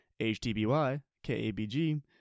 HTBYKABG